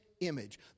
Image